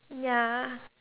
ya